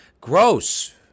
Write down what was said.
Gross